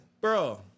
Bro